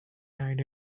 died